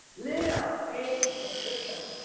little babies they took them.